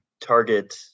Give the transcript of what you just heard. target